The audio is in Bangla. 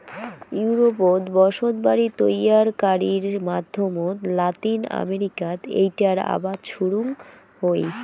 ইউরোপত বসতবাড়ি তৈয়ারকারির মাধ্যমত লাতিন আমেরিকাত এ্যাইটার আবাদ শুরুং হই